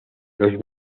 los